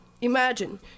imagine